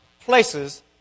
places